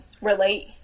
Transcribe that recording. relate